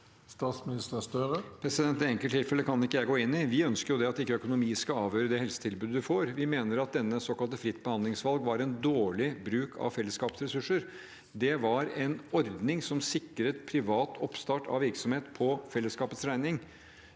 Statsminister Jonas Gahr Støre Det en- kelttilfellet kan ikke jeg gå inn i. Vi ønsker at økonomi ikke skal avgjøre det helsetilbudet vi får. Vi mener at såkalt fritt behandlingsvalg var en dårlig bruk av fellesskapets ressurser. Det var en ordning som sikret privat oppstart av virksomhet på fellesskapets regning.